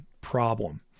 problem